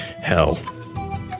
hell